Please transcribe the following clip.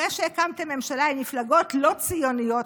אחרי שהקמתם ממשלה עם מפלגות לא ציוניות